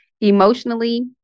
emotionally